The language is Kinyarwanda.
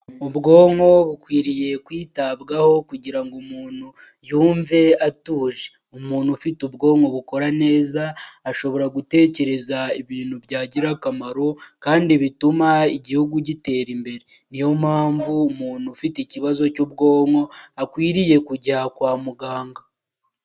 Ubwonko bukwiriye kwitabwaho kugira ngo umuntu yumve atuje, umuntu ufite ubwonko bukora neza ashobora gutekereza ibintu byagira akamaro kandi bituma igihugu gitera imbere, niyo mpamvu umuntu ufite ikibazo cy'ubwonko akwiriye kujya kwa muganga.